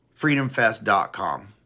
freedomfest.com